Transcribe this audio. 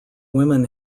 women